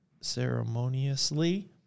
Ceremoniously